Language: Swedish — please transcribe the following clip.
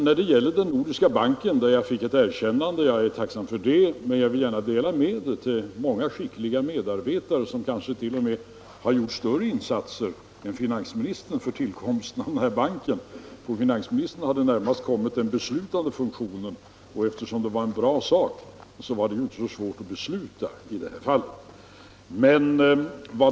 När det gäller den nordiska banken fick jag ett erkännande som jag gärna vill dela med mig av till många skickliga medarbetare, som kanske t. 0. m. gjort större insatser än finansministern för bankens tillkomst. På finansministern har närmast kommit den beslutande funktionen, och eftersom det var en bra sak var det inte så svårt att besluta i det här fallet.